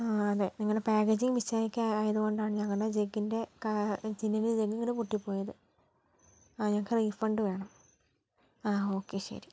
ആ അതെ നിങ്ങളുടെ പാക്കേജിംഗ് മിസ്റ്റേക്ക് ആയതു കൊണ്ടാണ് ഞങ്ങളുടെ ജെഗിൻ്റെ കാ ജെഗ് ജെഗ് ഇങ്ങനെ പൊട്ടി പോയത് ആ ഞങ്ങൾക്ക് റീഫണ്ട് വേണം ആ ഓക്കെ ശരി